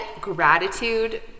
gratitude